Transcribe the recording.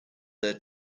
their